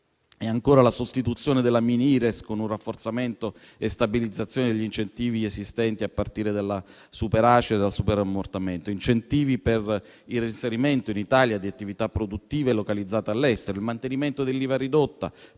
e ancora: la sostituzione della mini-Ires, con rafforzamento e stabilizzazione degli incentivi esistenti a partire dalla super ACE e dal superammortamento; incentivi per il reinserimento in Italia di attività produttive localizzate all'estero; il mantenimento dell'IVA ridotta